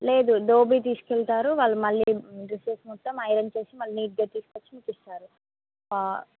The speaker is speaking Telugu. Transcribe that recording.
లేదు దోబి తీసుకెళ్తారు వాళ్ళు మళ్ళీ డ్రెస్సెస్ మొత్తం ఐరన్ చేసి మళ్ళీ నీట్గా తీసుకొచ్చి మీకు ఇస్తారు